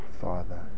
father